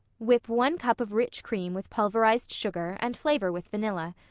whip one cup of rich cream with pulverized sugar and flavor with vanilla.